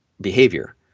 behavior